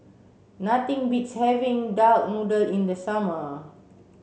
nothing beats having duck noodle in the summer